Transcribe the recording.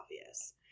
obvious